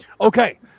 Okay